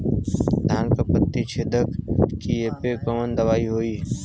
धान के पत्ती छेदक कियेपे कवन दवाई होई?